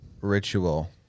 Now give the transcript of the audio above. ritual